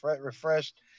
refreshed